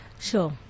Sure